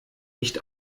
nicht